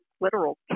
literal